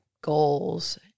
goals